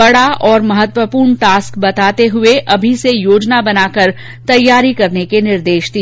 बड़ा और महत्वपूर्ण टास्क बताते हये अभी से योजना बनाकर तैयारी करने के निर्देश दिए